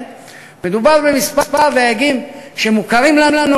מדובר בכמה דייגים שמוכרים לנו,